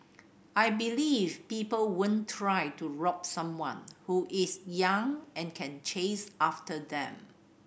I believe people won't try to rob someone who is young and can chase after them